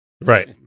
Right